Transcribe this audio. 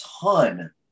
ton